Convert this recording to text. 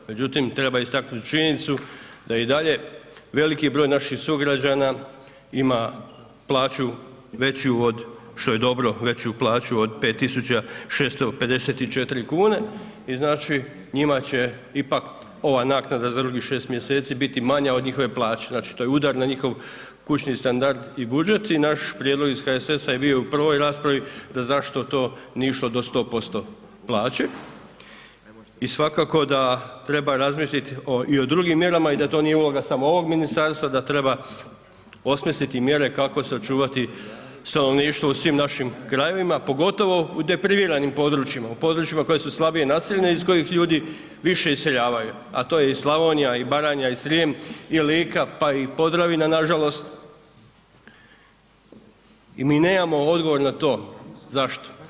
Međutim, treba istaknut činjenicu da i dalje veliki broj naših sugrađana ima plaću veću od, što je dobro, veću plaću od 5.654,00 kn i znači njima će ipak ova naknada za drugih 6. mjeseci biti manja od njihove plaće, znači to je udar na njihov kućni standard i budžet i naš prijedlog iz HSS-a je bio i u prvoj raspravi da zašto to nije išlo do 100% plaće i svakako da treba razmislit i o drugim mjerama i da to nije uloga samo ovog ministarstva, da treba osmisliti i mjere kako sačuvati stanovništvo u svim našim krajevima, pogotovo u depriviranim područjima, u područjima koja su slabije naseljena i iz kojih ljudi više iseljavaju, a to je i Slavonija, i Baranja i Srijem i Lika, pa i Podravina nažalost i nemamo odgovor na to zašto.